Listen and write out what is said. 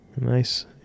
nice